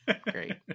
great